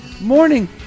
morning